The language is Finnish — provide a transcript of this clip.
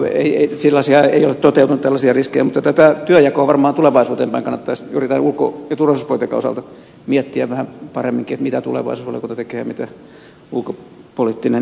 no tällaisia riskejä ei ole toteutunut mutta tätä työnjakoa varmaan tulevaisuuteen päin kannattaisi juuri tämän ulko ja turvallisuuspolitiikan osalta miettiä vähän paremminkin mitä tulevaisuusvaliokunta tekee ja mitä ulkopoliittinen instituutti tekee